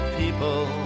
people